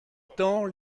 temps